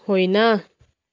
होइन